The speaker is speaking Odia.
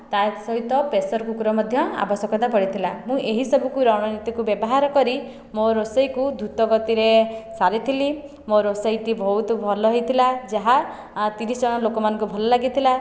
ତା ସହିତ ପ୍ରେସର କୁକର ର ମଧ୍ୟ ଆବଶ୍ୟକତା ପଡ଼ିଥିଲା ମୁଁ ଏହି ସବୁକୁ ରଣନୀତିକୁ ବ୍ୟବହାର କରି ମୋ ରୋଷେଇକୁ ଧୃତ ଗତିରେ ସାରିଥିଲି ମୋ ରୋଷେଇଟି ବହୁତ ଭଲ ହୋଇଥିଲା ଯାହା ତିରିଶ ଜଣ ଲୋକମାନଙ୍କୁ ଭଲ ଲାଗିଥିଲା